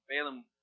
Balaam